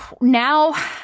now